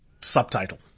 subtitle